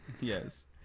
Yes